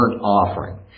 offering